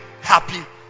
happy